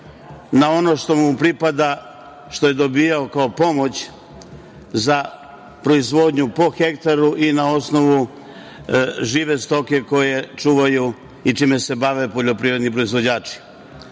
na ono što mu pripada, što je dobijao kao pomoć za proizvodnju po hektaru i na osnovu žive stoke koju čuvaju i čime se bave poljoprivredni proizvođači? Imajući